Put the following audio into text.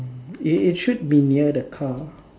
it it should be near the car